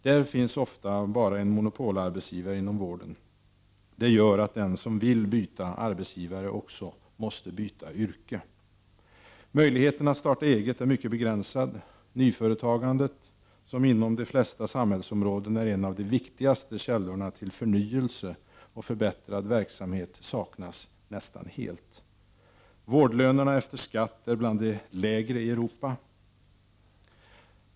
Det finns ofta bara en monopolarbetsgivare inom vården. Det gör att den som vill byta arbetsgivare också måste byta yrke. Möjligheten att starta eget är mycket begränsad. Nyföretagandet, som inom de flesta samhällsområden är en av de viktigaste källorna till förnyelse och förbättrad verksamhet, saknas nästan helt. Vårdlönerna efter skatt är bland de lägre i Europa.